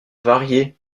varier